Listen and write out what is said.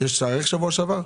יש תאריך שבוע שעבר?